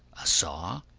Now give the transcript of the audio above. a saw,